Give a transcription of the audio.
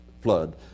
flood